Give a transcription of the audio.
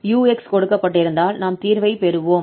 இப்போது 𝑢𝑥 கொடுக்கப்பட்டிருப்பதால் நாம் தீர்வைப் பெறுவோம்